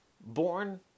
born